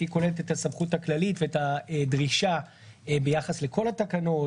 שהיא כוללת את הסמכות הכללית ואת הדרישה ביחס לכל התקנות,